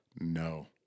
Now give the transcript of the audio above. no